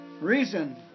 Reason